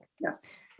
Yes